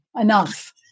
enough